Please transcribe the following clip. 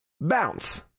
Bounce